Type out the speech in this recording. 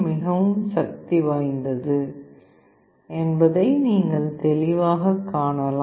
மிகவும் சக்தி வாய்ந்தது என்பதை நீங்கள் தெளிவாகக் காணலாம்